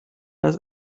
ist